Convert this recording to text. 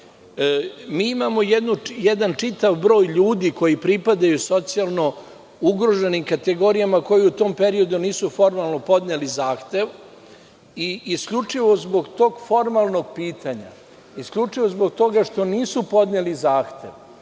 imamo jedan čitav broj ljudi koji pripadaju socijalno ugroženim kategorijama koje u tom periodu nisu formalno podneli zahtev i isključivo zbog tog formalnog pitanja. Isključivo zbog toga što nisu podneli zahtev,